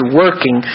working